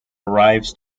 arrives